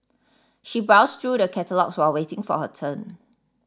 she browsed through the catalogues while waiting for her turn